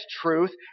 truth